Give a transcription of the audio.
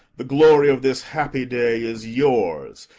the glory of this happy day is yours.